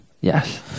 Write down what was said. Yes